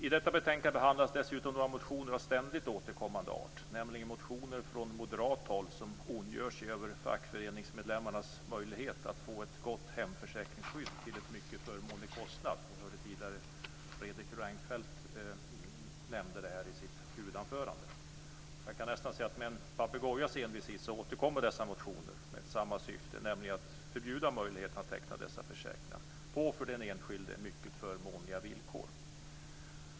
I detta betänkande behandlas dessutom några motioner av ständigt återkommande art, nämligen motioner från moderat håll som ondgör sig över fackföreningsmedlemmars möjlighet att få ett gott hemförsäkringsskydd till en mycket förmånlig kostnad - Fredrik Reinfeldt tog upp detta i sitt huvudanförande. Med en papegojas envishet återkommer dessa motioner med samma syfte, nämligen att förbjuda möjligheterna att teckna dessa försäkringar på för den enskilde mycket förmånliga villkor.